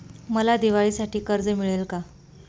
मला दिवाळीसाठी कर्ज मिळेल का?